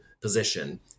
position